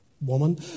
woman